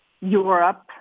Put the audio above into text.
Europe